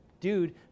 dude